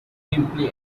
gameplay